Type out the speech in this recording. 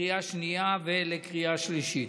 לקריאה שנייה ולקריאה שלישית.